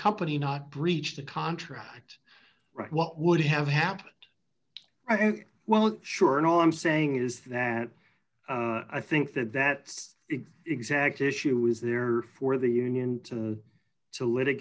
company not breached the contract right what would have happened i think well sure and all i'm saying is that i think that that exact issue was there for the union to to li